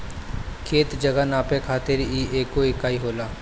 खेत, जगह नापे खातिर इ एगो इकाई होला